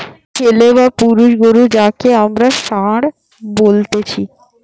ছেলে বা পুরুষ গরু যাঁকে আমরা ষাঁড় বলতেছি